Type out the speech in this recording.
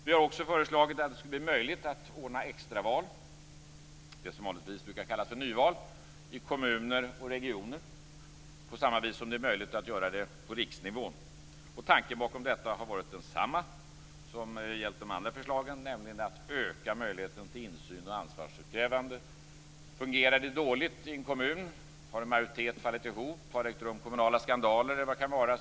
Vi har också föreslagit att det skulle bli möjligt att ordna extraval, det som vanligtvis brukar kallas nyval, i kommuner och regioner på samma vis som det är möjligt att göra det på riksnivå. Tanken bakom detta har varit densamma som har gällt de andra förslagen, nämligen att man skall öka möjligheten till insyn och ansvarsutkrävande. Fungerar det dåligt i en kommun? Har en majoritet fallit ihop? Har kommunala skandaler ägt rum?